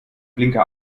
blinker